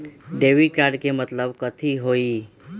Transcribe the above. Debit card के मतलब कथी होई?